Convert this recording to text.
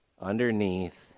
Underneath